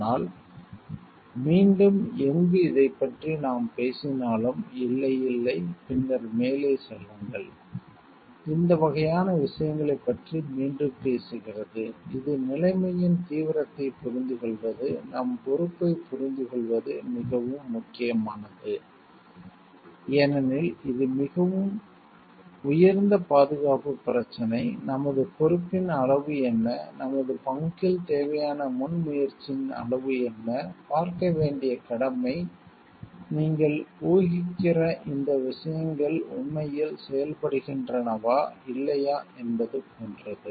ஆனால் மீண்டும் எங்கு இதைப் பற்றி நாம் பேசினாலும் இல்லை இல்லை பின்னர் மேலே செல்லுங்கள் இந்த வகையான விஷயங்களைப் பற்றி மீண்டும் பேசுகிறது இது நிலைமையின் தீவிரத்தை புரிந்துகொள்வது நம் பொறுப்பை புரிந்துகொள்வது மிகவும் முக்கியமானது ஏனெனில் இது மிகவும் உயர்ந்த பாதுகாப்பு பிரச்சினை நமது பொறுப்பின் அளவு என்ன நமது பங்கில் தேவையான முன்முயற்சியின் அளவு என்ன பார்க்க வேண்டிய கடமை நீங்கள் ஊகிக்கிற இந்த விஷயங்கள் உண்மையில் செயல்படுகின்றனவா இல்லையா என்பது போன்றது